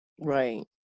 Right